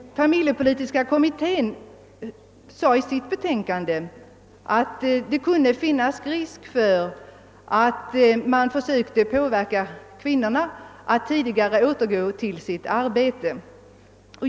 Familjepolitiska kommittén skrev i sitt betänkande att det kunde finnas risk för att man försöker påverka kvinnorna att tidigare återgå till sitt arbete.